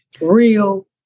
Real